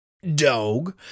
dog